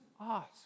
ask